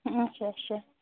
اَچھا اَچھا